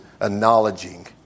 acknowledging